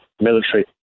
military